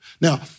Now